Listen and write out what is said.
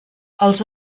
els